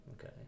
Okay